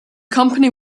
company